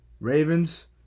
Ravens